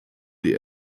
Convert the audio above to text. die